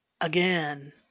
Again